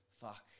Fuck